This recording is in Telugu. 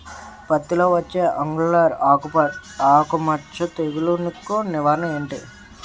పత్తి లో వచ్చే ఆంగులర్ ఆకు మచ్చ తెగులు కు నివారణ ఎంటి?